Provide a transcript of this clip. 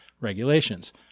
regulations